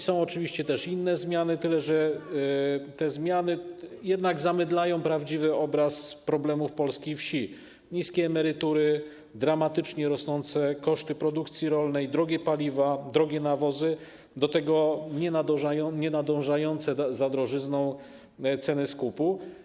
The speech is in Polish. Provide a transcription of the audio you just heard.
Są oczywiście też inne zmiany, tyle że te zmiany zamydlają jednak prawdziwy obraz problemów polskiej wsi: niskie emerytury, dramatycznie rosnące koszty produkcji rolnej, drogie paliwa, drogie nawozy, do tego nienadążające za drożyzną ceny skupu.